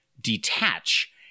detach